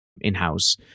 in-house